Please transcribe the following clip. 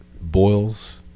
boils